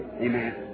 Amen